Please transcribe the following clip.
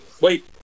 wait